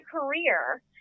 career